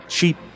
Cheap